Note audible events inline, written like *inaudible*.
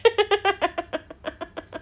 *laughs*